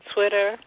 Twitter